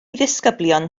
ddisgyblion